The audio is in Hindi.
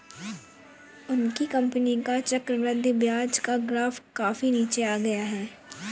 उनकी कंपनी का चक्रवृद्धि ब्याज का ग्राफ काफी नीचे आ गया है